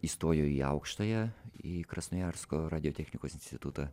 įstojo į aukštąją į krasnojarsko radiotechnikos institutą